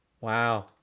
Wow